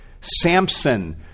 Samson